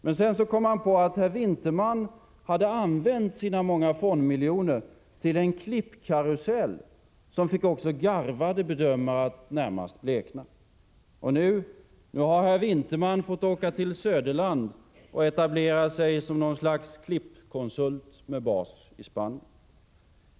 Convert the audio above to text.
Men sedan kom man på att herr Vinterman hade använt sina många fondmiljoner till en klippkarusell som fick också garvade bedömare att närmast blekna, och nu har herr Vinterman fått åka till söderland och etablera sig som något slags ”klippkonsult” med bas i Spanien.